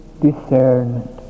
discernment